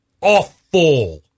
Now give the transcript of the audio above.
awful